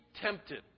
tempted